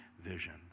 vision